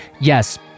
Yes